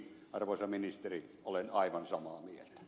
arvoisa ministeri olen aivan samaa mieltä